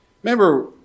Remember